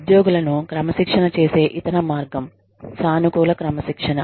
ఉద్యోగులను క్రమశిక్షణ చేసే ఇతర మార్గం సానుకూల క్రమశిక్షణ